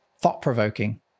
thought-provoking